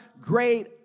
great